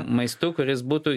maistu kuris būtų